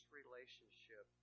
relationship